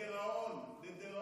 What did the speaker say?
זה יהיה לדיראון, לדיראון.